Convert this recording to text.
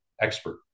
expert